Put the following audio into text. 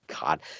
God